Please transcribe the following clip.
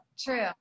True